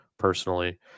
personally